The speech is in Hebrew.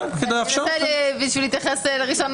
אשמח להתייחס.